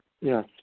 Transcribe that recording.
Yes